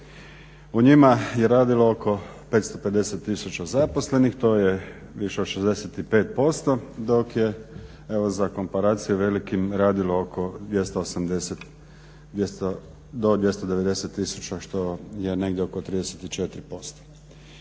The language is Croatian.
U njima je radilo oko 550 tisuća zaposlenih. To je više od 65% dok je evo za komparacije velikim radilo oko 280 do 290 tisuća što je negdje oko 34%.